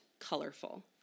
colorful